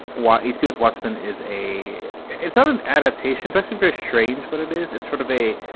while hbo is watchmen, is a it's um an adaptation destined for a strange what it is. it's sort of a